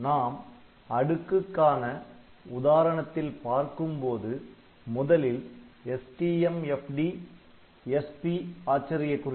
நாம் அடுக்குக்கான உதாரணத்தில் பார்க்கும்போது முதலில் STMFD SP